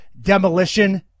Demolition